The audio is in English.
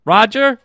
Roger